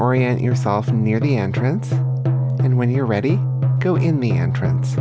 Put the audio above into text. orient yourself near the entrance and when you're ready go in the entrance